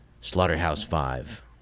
Slaughterhouse-Five